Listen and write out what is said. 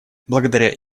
благодаря